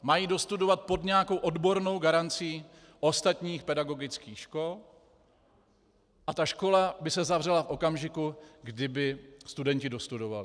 Mají dostudovat pod nějakou odbornou garancí ostatních pedagogických škol a ta škola by se zavřela v okamžiku, kdy by studenti dostudovali.